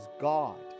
God